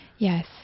Yes